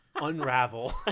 unravel